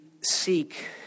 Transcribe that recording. seek